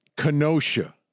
Kenosha